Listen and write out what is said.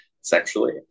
sexually